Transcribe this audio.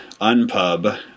Unpub